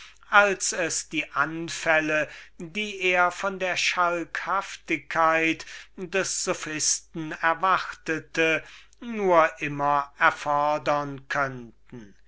als es die anfälle die er von der schalkhaftigkeit des sophisten erwartete nur immer erfordern